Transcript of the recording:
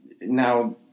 now